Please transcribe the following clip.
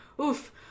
Oof